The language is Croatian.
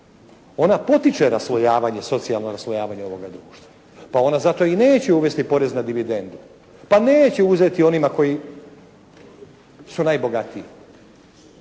ona potiče raslojavanje, socijalno raslojavanje ovoga društva. Pa ona zato i neće uvesti porez na dividendu, pa neće uzeti onima koji su najbogatiji